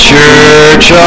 Church